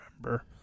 remember